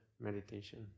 meditation